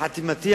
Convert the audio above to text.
לחתימתי,